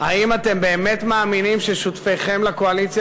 האם אתם באמת מאמינים ששותפיכם לקואליציה